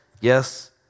yes